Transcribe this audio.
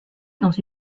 dans